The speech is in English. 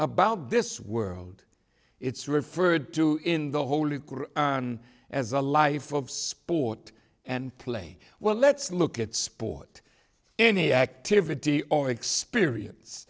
about this world it's referred to in the holy as a life of sport and play well let's look at sport any activity or experience